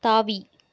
தாவி